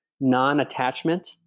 non-attachment